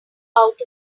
out